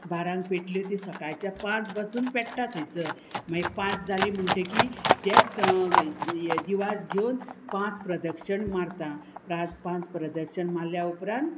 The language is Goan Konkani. बारांक पेटल्यो ती सकाळच्या पांच बासून पेट्टा थंयसर मागीर पांच जाली म्हणटकीर तेत दिवास घेवन पांच प्रदक्षण मारता पांच प्रदक्षण मारल्या उपरांत